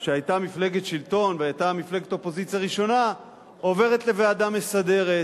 שהיתה מפלגת שלטון והיתה מפלגת אופוזיציה ראשונה עוברת לוועדה מסדרת,